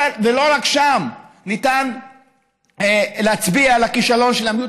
ולא רק שם ניתן להצביע על הכישלון של המדיניות